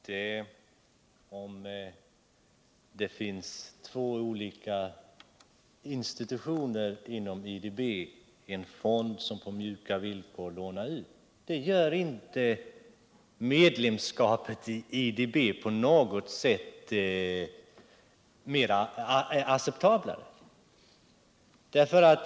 Herr talman! Om det finns två olika institutioner inom IDB, av vilka den ena är en fond som på mjuka villkor lånar ut pengar, så gör det inte medlemskapet i IDB på något sätt mer acceptabelt.